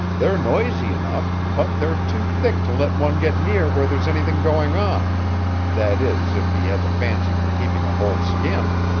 they're noisy enough, but they're too thick to let one get near where there's anything going on that is, if he has a fancy for keeping a whole skin.